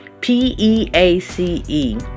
P-E-A-C-E